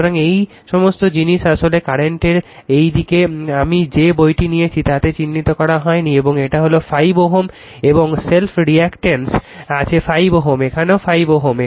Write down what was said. সুতরাং এই সমস্ত জিনিস আসলে কারেন্টের এই দিকটি আমি যে বইটি নিয়েছি তাতে চিহ্নিত করা হয়নি এবং এটা হলো 5 Ω এবং সেলফ রিঅ্যাক্ট্যান্স আছে 5 Ω এবং এখানেও 5 Ω